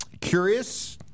curious